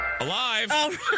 Alive